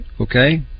Okay